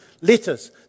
letters